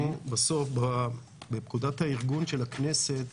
בפקודת הארגון של הכנסת,